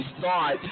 thought